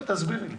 תגידי לי את.